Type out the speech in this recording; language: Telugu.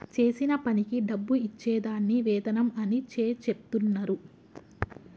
చేసిన పనికి డబ్బు ఇచ్చే దాన్ని వేతనం అని చెచెప్తున్నరు